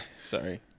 Sorry